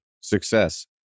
success